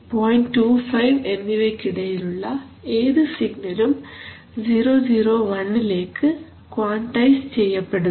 25 എന്നിവയ്ക്ക് ഇടയിലുള്ള ഏതു സിഗ്നലും 001 ലേക്ക് ക്വാൺടൈസ് ചെയ്യപ്പെടുന്നു